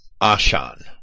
ashan